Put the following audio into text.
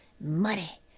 Money